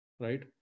Right